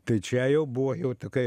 tai čia jau buvo jau tokie